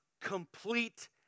complete